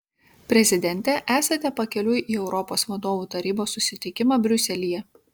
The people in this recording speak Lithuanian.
prezidente esate pakeliui į europos vadovų tarybos susitikimą briuselyje